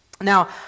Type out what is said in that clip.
Now